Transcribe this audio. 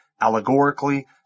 allegorically